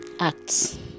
Acts